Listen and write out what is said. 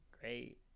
great